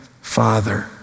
father